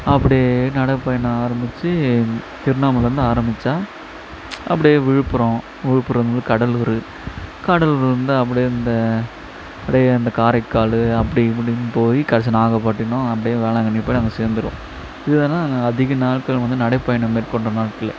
அப்படியே நடைப்பயணம் ஆரம்பித்து திருண்ணாமலைலேருந்து ஆரம்பித்தா அப்படியே விழுப்புரம் விழுப்புரம்லேருந்து கடலூர் கடலூர்லேருந்து அப்படியே இந்த அப்படியே இந்த காரைக்கால் அப்படி இப்படின்னு போய் கடைசி நாகப்பட்டினம் அப்படியே வேளாங்கண்ணி போய் நாங்கள் சேந்துடுவோம் இதுதான் நாங்கள் அதிக நாட்கள் வந்து நடைப்பயணம் மேற்கொண்ட நாட்கள்